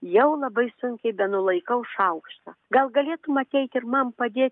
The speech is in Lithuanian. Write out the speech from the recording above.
jau labai sunkiai benulaikau šaukštą gal galėtum ateit ir man padėt